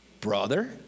brother